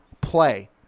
play